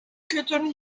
kültürünü